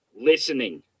listening